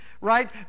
right